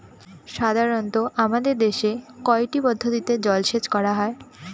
সাধারনত আমাদের দেশে কয়টি পদ্ধতিতে জলসেচ করা হয়?